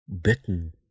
bitten